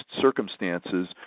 circumstances